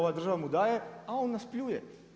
Ova država mu daje, a on nas pljuje.